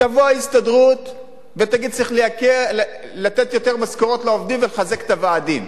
תבוא ההסתדרות ותגיד: צריך לתת יותר משכורות לעובדים ולחזק את הוועדים.